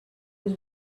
was